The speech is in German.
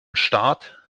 staat